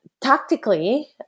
tactically